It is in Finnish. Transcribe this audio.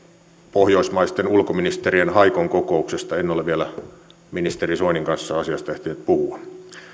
pohjoismaisten ulkoministereiden haikon kokouksesta en ole vielä ministeri soinin kanssa asiasta ehtinyt puhua